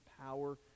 power